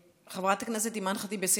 חברת הכנסת אימאן ח'טיב יאסין,